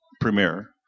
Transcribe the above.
Premier